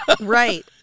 Right